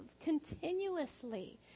continuously